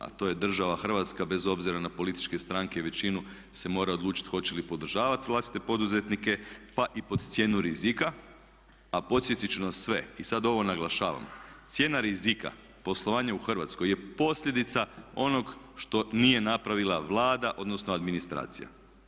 A to je država Hrvatska bez obzira na političke stranke i većinu se mora odlučiti hoće li podržavati vlastite poduzetnike pa i pod cijenu rizika, a podsjetit ću nas sve i sad ovo naglašavam cijena rizika poslovanja u Hrvatskoj je posljedica onog što nije napravila Vlada, odnosno administracija.